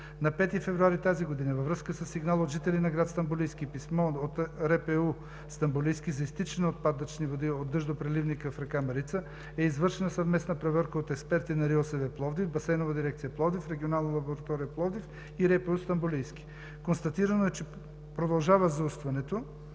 На 5 февруари тази година във връзка със сигнал от жители на град Стамболийски, писмо от РПУ – Стамболийски, за изтичане на отпадъчни води от дъждопреливника в река Марица е извършена съвместна проверка от експерти на РИОСВ – Пловдив, Басейнова дирекция – Пловдив, Регионална лаборатория – Пловдив, и РПУ – Стамболийски. Констатирано е, че продължава заустването